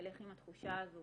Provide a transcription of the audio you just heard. ילך עם התחושה הזו